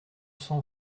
cent